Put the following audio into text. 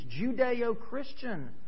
Judeo-Christian